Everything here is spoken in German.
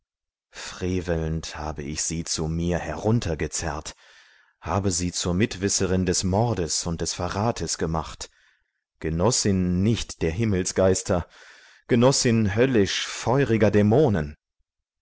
frevelnd habe ich sie zu mir herunter gezerrt habe sie zur mitwisserin des mordes und des verrates gemacht genossin nicht der himmelsgeister genossin höllisch feuriger dämonen